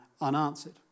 unanswered